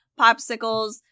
popsicles